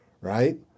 Right